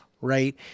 right